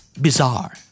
Bizarre